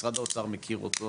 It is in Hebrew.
משרד האוצר מכיר אותו,